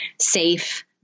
safe